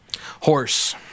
Horse